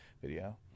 video